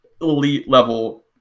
elite-level